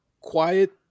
quiet